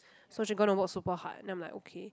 so she gonna work super hard then I'm like okay